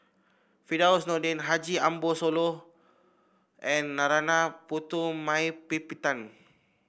Firdaus Nordin Haji Ambo Sooloh and Narana Putumaippittan